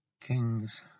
King's